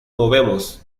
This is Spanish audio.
movemos